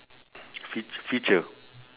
fea~ feature